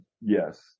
Yes